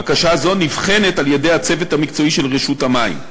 בקשה זו נבחנת על-ידי הצוות המקצועי של רשות המים.